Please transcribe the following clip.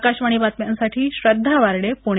आकाशवाणी बातम्यांसाठी श्रद्धा वार्डे पुणे